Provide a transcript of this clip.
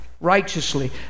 righteously